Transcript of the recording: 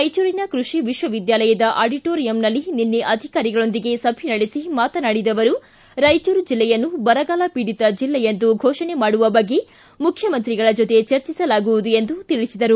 ರಾಯಚೂರಿನ ಕೃಷಿ ವಿಶ್ವವಿದ್ಯಾಲಯದ ಆಡಿಟೋರಿಯಂನಲ್ಲಿ ನಿನ್ನೆ ಅಧಿಕಾರಿಗಳೊಂದಿಗೆ ಸಭೆ ನಡೆಸಿ ಮಾತನಾಡಿದ ಅವರು ರಾಯಚೂರು ಜಿಲ್ಲೆಯನ್ನು ಬರಗಾಲಪೀಡಿತ ಜಿಲ್ಲೆ ಎಂದು ಫೋಷಣೆ ಮಾಡುವ ಬಗ್ಗೆ ಮುಖ್ಯಮಂತ್ರಿಗಳ ಜೊತೆಗೆ ಚರ್ಚಿಸಲಾಗುವುದು ಎಂದು ತಿಳಿಸಿದರು